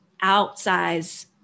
outsize